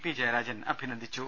P Jayarajan അഭിനന്ദിച്ചു